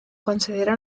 considera